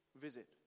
visit